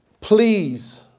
please